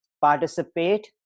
participate